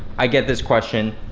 i get this question,